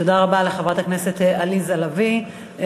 תודה רבה לחברת הכנסת עליזה לביא.